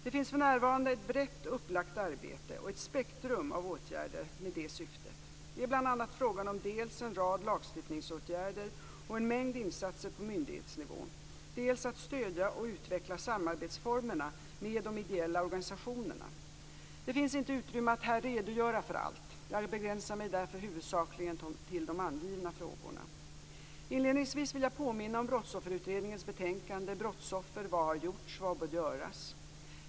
Det finns för närvarande ett brett upplagt arbete och ett spektrum av åtgärder med det syftet. Det är bl.a. fråga om dels en rad lagstiftningsåtgärder och en mängd insatser på myndighetsnivå, dels att stödja och utveckla samarbetsformerna med de ideella organisationerna. Det finns inte utrymme att här redogöra för allt. Jag begränsar mig därför huvudsakligen till de angivna frågorna. Inledningsvis vill jag påminna om Brottsofferutredningens betänkande Brottsoffer - Vad har gjorts? Vad bör göras? .